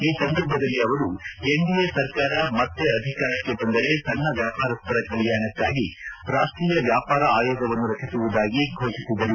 ಈ ಸಂದರ್ಭದಲ್ಲಿ ಅವರು ಎನ್ಡಿಎ ಸರ್ಕಾರ ಮತ್ತೆ ಅಧಿಕಾರಕ್ಕೆ ಬಂದರೆ ಸಣ್ಣ ವ್ವಾಪಾರಸ್ವರ ಕಲ್ತಾಣಕ್ಕಾಗಿ ರಾಷ್ಷೀಯ ವ್ಯಾಪಾರ ಆಯೋಗವನ್ನು ರಚಿಸುವುದಾಗಿ ಘೋಷಿಸಿದರು